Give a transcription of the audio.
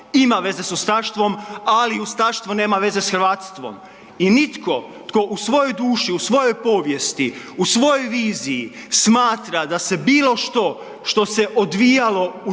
ima veze sa ustaštvom ali ustaštvo nema veze s hrvatstvom. I nitko tko u svojoj duši, u svojoj povijesti, u svojoj viziji smatra da se bilo što što se odvijalo u tom